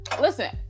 Listen